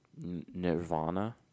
Nirvana